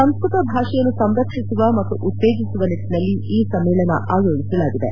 ಸಂಸ್ಕತ ಭಾಷೆಯನ್ನು ಸಂರಕ್ಷಿಸುವ ಮತ್ತು ಉತ್ತೇಜಿಸುವ ನಿಟ್ಟಿನಲ್ಲಿ ಈ ಸಮ್ಮೇಳನ ಆಯೋಜಿಸಲಾಗಿದೆ